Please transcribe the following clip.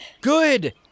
Good